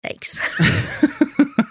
Thanks